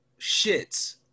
shits